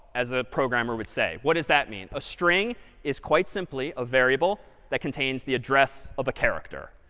as a programmer would say. what does that mean? a string is quite simply a variable that contains the address of a character.